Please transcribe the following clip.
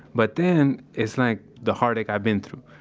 but then it's like the heartache i've been through.